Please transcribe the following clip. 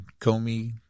Comey